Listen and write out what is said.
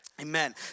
amen